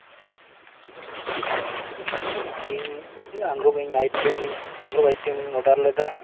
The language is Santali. ᱤᱧ ᱢᱤᱫᱴᱮᱱ ᱟᱸᱜᱽᱨᱚᱵ ᱤᱧ ᱟᱭᱴᱮᱢᱤᱧ ᱟᱝᱜᱽᱨᱚᱵ ᱟᱭᱴᱮᱢᱤᱧ ᱚᱰᱟᱨ ᱞᱮᱫᱟ